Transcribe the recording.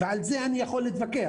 ועל זה אני יכול להתווכח,